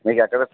మీకు ఎక్కడ